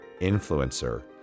influencer